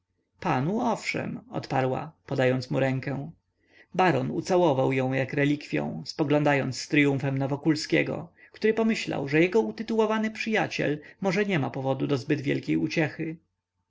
owszem odparła podając mu rękę baron ucałował ją jak relikwią spoglądając z tryumfem na wokulskiego który pomyślał że jego utytułowany przyjaciel może nie ma powodu do zbyt wielkiej uciechy starski z